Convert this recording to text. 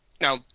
now